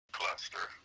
cluster